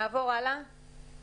השקף הבא.